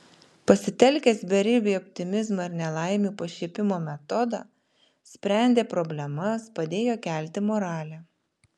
pasitelkęs beribį optimizmą ir nelaimių pašiepimo metodą sprendė problemas padėjo kelti moralę